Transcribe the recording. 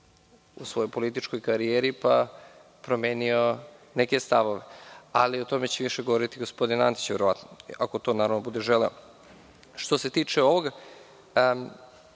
u svojoj političkoj karijeri, pa promenio neke stavove. Ali, o tome će više govoriti gospodin Antić, verovatno, ako to bude želeo. Što se tiče ovoga,